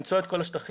למצוא את כל השטחים,